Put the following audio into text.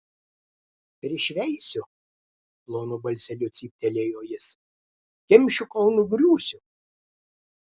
prišveisiu plonu balseliu cyptelėjo jis kimšiu kol nugriūsiu